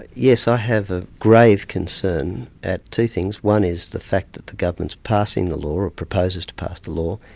yes, i have a grave concern at two things one is the fact that the government's passing the law, or proposes to pass the law,